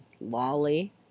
Lolly